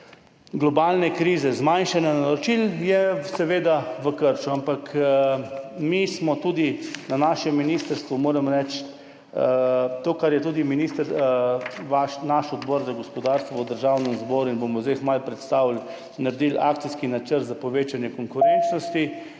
globalne krize, zmanjšanja naročil seveda v krču. Ampak mi smo tudi na našem ministrstvu, moram reči – to, kar je tudi naš odbor za gospodarstvo v Državnem zboru in bomo zdaj kmalu predstavili – naredili akcijski načrt za povečanje konkurenčnosti,